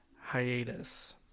hiatus